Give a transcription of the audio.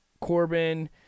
Corbin